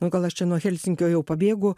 nu gal aš čia nuo helsinkio jau pabėgu